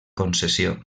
concessió